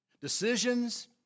Decisions